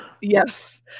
yes